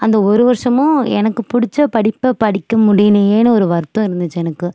அந்த ஒரு வருஷமும் எனக்கு பிடிச்ச படிப்பை படிக்க முடியலையேன்னு ஒரு வருத்தம் இருந்துச்சு எனக்கு